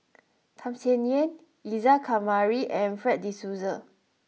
Tham Sien Yen Isa Kamari and Fred De Souza